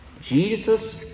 Jesus